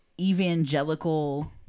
evangelical